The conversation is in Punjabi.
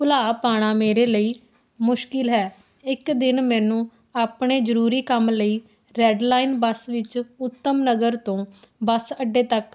ਭੁਲਾ ਪਾਉਣਾ ਮੇਰੇ ਲਈ ਮੁਸ਼ਕਿਲ ਹੈ ਇੱਕ ਦਿਨ ਮੈਨੂੰ ਆਪਣੇ ਜ਼ਰੂਰੀ ਕੰਮ ਲਈ ਰੈਡ ਲਾਈਨ ਬੱਸ ਵਿੱਚ ਉੱਤਮ ਨਗਰ ਤੋਂ ਬਸ ਅੱਡੇ ਤੱਕ